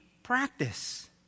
Practice